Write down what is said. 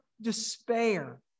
despair